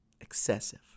Excessive